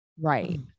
right